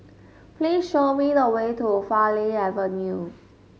please show me the way to Farleigh Avenue